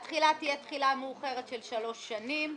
התחילה תהיה תחילה מאוחרת של שלוש שנים.